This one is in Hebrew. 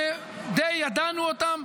שדי ידענו אותם.